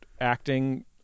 acting